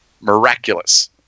miraculous